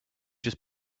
just